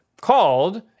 called